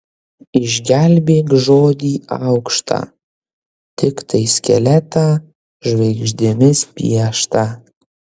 išgelbėk žodį aukštą tiktai skeletą žvaigždėmis pieštą